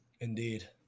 Indeed